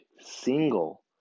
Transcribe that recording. single